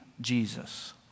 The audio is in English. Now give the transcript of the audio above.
Jesus